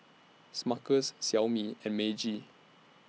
Smuckers Xiaomi and Meiji